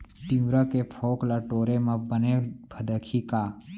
तिंवरा के फोंक ल टोरे म बने फदकही का?